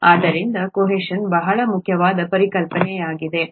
ಆದ್ದರಿಂದ ಕೋಹೆಷನ್ ಬಹಳ ಮುಖ್ಯವಾದ ಪರಿಕಲ್ಪನೆಯಾಗಿದೆ